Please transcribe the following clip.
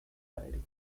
tiring